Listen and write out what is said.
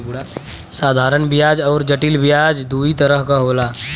साधारन बियाज अउर जटिल बियाज दूई तरह क होला